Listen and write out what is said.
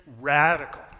radical